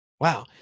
Wow